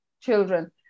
children